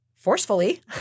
Forcefully